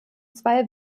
zwei